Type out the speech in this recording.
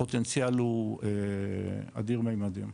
הפוטנציאל הוא אדיר ממדים.